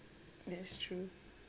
that's true